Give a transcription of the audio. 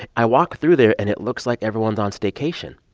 i walk through there, and it looks like everyone's on staycation.